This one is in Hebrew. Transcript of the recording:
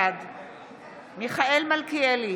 בעד מיכאל מלכיאלי,